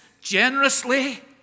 generously